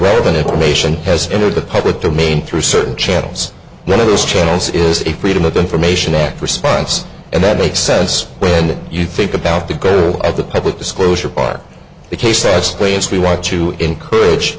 relevant information has entered the public domain through certain channels one of those channels is a freedom of information act response and that makes sense when you think about to go at the public disclosure on the case as players we want to encourage